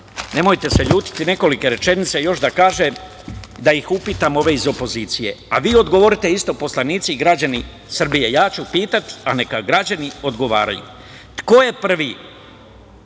nemojte se ljutite, nekoliko rečenica još da kažem, da upitam ove iz opozicije, a vi odgovorite isto, poslanici i građani Srbije. Ja ću pitati, a neka građani odgovaraju. Ko je prvi